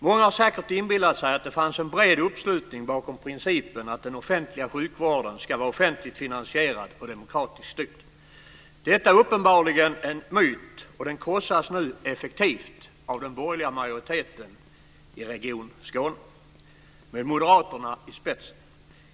Många har säkert inbillat sig att det fanns en bred uppslutning bakom principen att den offentliga sjukvården ska vara offentligt finansierad och demokratiskt styrd. Detta är uppenbarligen en myt, och den krossas nu effektivt av den borgerliga majoriteten i Region Skåne med moderaterna i spetsen.